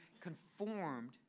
conformed